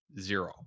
zero